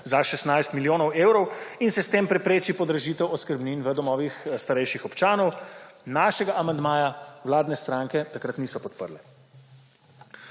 za 16 milijonov evrov in se s tem prepreči podražitev oskrbnin v domovih starejših občanov, našega amandmaja vladne stranke takrat niso podprle.